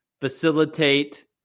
Facilitate